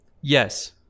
yes